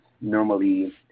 normally